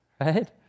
right